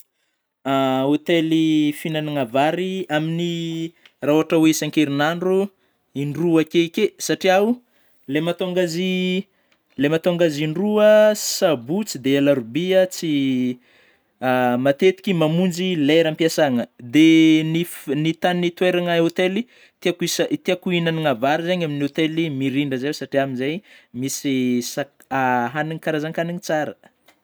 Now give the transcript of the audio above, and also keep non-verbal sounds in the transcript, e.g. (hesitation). (noise) (hesitation) Hotely fignanana vary; amin'ny raha ohatry oe isankerin'andro, in-droa akeke satrià oh, lay mahatonga azy, ilay mahatonga azy in-droa sabotsy dia alarobia tsy (hesitation) matetiky mamonjy lera ampiasana; dia ny (hesitation) ny tagny toeragna, hotely tiakoisa-tiako ignanana vary zegny amin'ny hotely Mirindra zey; satria amin'izay misy saka- (hesitation) hanigny karazan-kaniny tsara (noise)